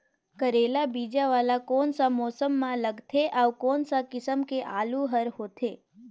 करेला बीजा वाला कोन सा मौसम म लगथे अउ कोन सा किसम के आलू हर होथे?